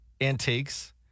antiques